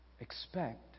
Expect